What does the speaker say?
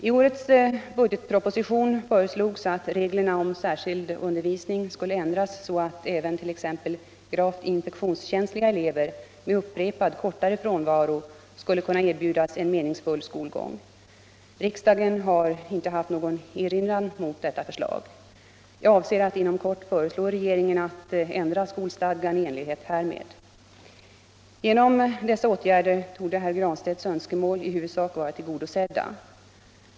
I årets budgetproposition föreslogs att reglerna om särskild undervisning skulle ändras så att även t.ex. gravt infektionskänsliga elever med upprepad kortare frånvaro skulle kunna erbjudas en meningsfull skolgång. Riksdagen har inte haft någon erinran mot detta förslag. Jag avser att inom kort föreslå regeringen att ändra skolstadgan i enlighet därmed. Genom dessa åtgärder torde herr Granstedts önskemål i huvudsak vara tillgodosedda.